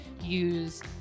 use